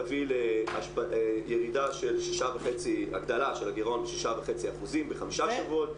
תביא להגדלה של הגרעון ב-6.5% בחמישה שבועות.